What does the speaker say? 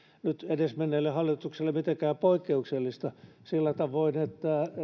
nyt edesmenneelle hallitukselle mitenkään poikkeuksellista sillä tavoin että